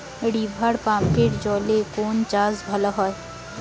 রিভারপাম্পের জলে কোন চাষ ভালো হবে?